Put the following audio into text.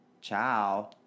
Ciao